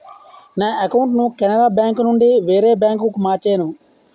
నా అకౌంటును కెనరా బేంకునుండి వేరే బాంకుకు మార్చేను